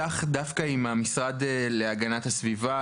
את המשרד להגנת הסביבה,